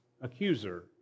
accuser